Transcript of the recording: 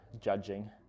judging